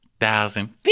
Thousand